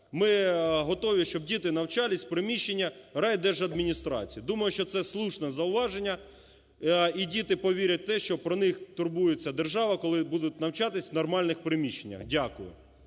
ми готові, щоб діти навчались в приміщенні райдержадміністрації". Думаю, що це слушне зауваження, і діти повірять в те, що про них турбується держава, коли будуть навчатись в нормальних приміщеннях. Дякую.